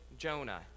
Jonah